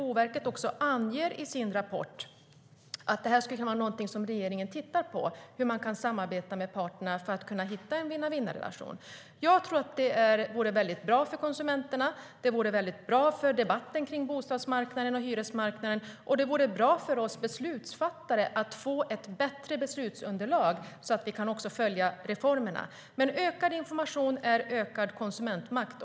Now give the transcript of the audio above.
Boverket anger i sin rapport att detta skulle vara något som regeringen tittar på, hur man kan samarbeta med parterna för att finna en vinna-vinna-relation. Jag tror att det vore bra för konsumenterna, för debatten om bostadsmarknaden och hyresmarknaden, och det vore bra för oss beslutsfattare att få ett bättre beslutsunderlag så att vi också kan följa reformerna. Ökad information är ökad konsumentmakt.